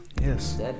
Yes